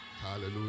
Hallelujah